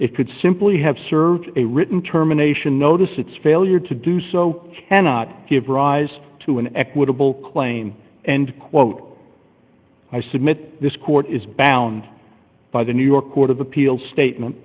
it could simply have served a written terminations notice its failure to do so cannot give rise to an equitable claim and quote i submit this court is bound by the new york court of appeal statement